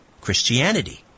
Christianity